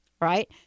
right